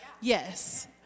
yes